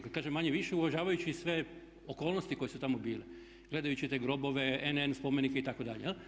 Kada kažem manje-više, uvažavajući sve okolnosti koje su tamo bile gledajući te grobove NN spomenike itd.